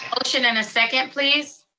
motion and a second, please?